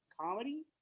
comedy